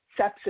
sepsis